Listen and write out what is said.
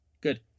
Good